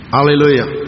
Hallelujah